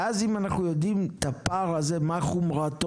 ואז אם אנחנו יודעים את הפער הזה, מה חומרתו?